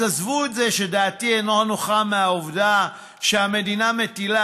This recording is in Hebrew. אז עזבו את זה שדעתי אינה נוחה מהעובדה שהמדינה מטילה